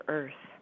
Earth